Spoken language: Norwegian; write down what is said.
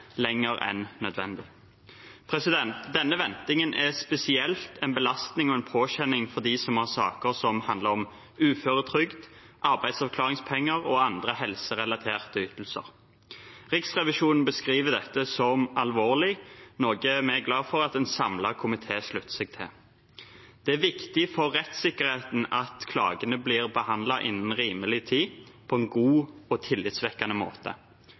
lenger enn nødvendig. Denne ventingen er spesielt en belastning og en påkjenning for dem som har saker som handler om uføretrygd, arbeidsavklaringspenger og andre helserelaterte ytelser. Riksrevisjonen beskriver dette som alvorlig, noe vi er glad for at en samlet komité slutter seg til. Det er viktig for rettssikkerheten at klagene blir behandlet innen rimelig tid, på en god og tillitvekkende måte.